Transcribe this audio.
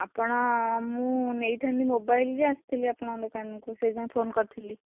ଆପଣ ମୁଁ ନେଇଥାନ୍ତି ମୋବାଇଲ୍ ଯେ ଆସିଥିଲି ଆପଣଙ୍କ ଦୋକାନକୁ ସେଇଥିପାଇଁ ଫୋନ୍ କରିଥିଲି